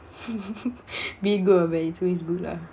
bigger but it's always good lah